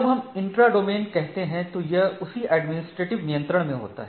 जब हम intra domain कहते हैं तो यह उसी एडमिनिस्ट्रेटिव नियंत्रण में होता है